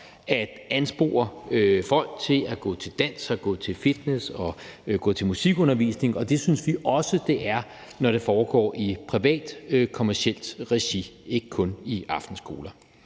at anspore folk til at gå til dans og gå til fitness og gå til musikundervisning, og det synes vi også det er, når det foregår i privat kommercielt regi og ikke kun på aftenskoler.